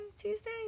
Tuesday